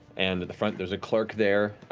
and at the front there's a clerk there,